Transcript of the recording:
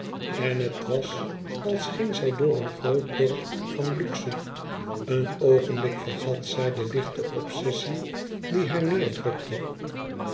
en het was als ging zij door een groot dorp van luxe een oogenblik vergat zij de lichte obsessie die haar